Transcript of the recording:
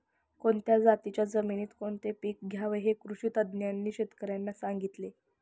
कोणत्या जातीच्या जमिनीत कोणते पीक घ्यावे हे कृषी तज्ज्ञांनी शेतकर्यांना सांगितले